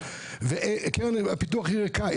קרן הפיתוח היא ריקה,